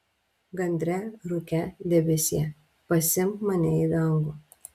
gandre rūke debesie pasiimk mane į dangų